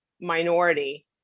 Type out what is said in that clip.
minority